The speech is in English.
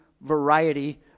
variety